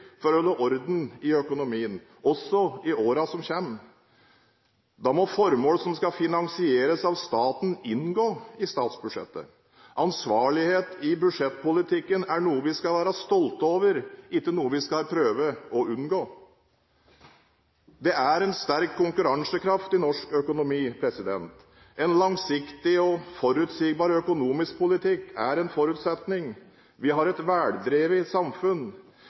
for å holde orden i økonomien – også i årene som kommer. Da må formål som skal finansieres av staten, inngå i statsbudsjettet. Ansvarlighet i budsjettpolitikken er noe vi skal være stolte av, ikke noe vi skal prøve å unngå. Det er en sterk konkurransekraft i norsk økonomi. En langsiktig og forutsigbar økonomisk politikk er en forutsetning. Vi har et veldrevet samfunn.